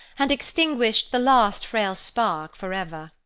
and extinguished the last frail spark for ever.